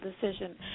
decision